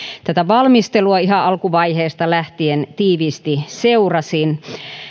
tätä valmistelua ihan alkuvaiheesta lähtien tiiviisti seurasin